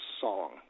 song